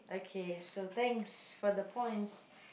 okay so thanks for the points